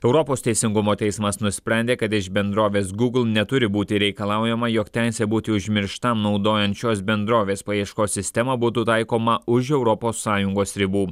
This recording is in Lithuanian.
europos teisingumo teismas nusprendė kad iš bendrovės google neturi būti reikalaujama jog teisę būti užmirštam naudojančios bendrovės paieškos sistema būtų taikoma už europos sąjungos ribų